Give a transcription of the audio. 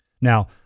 Now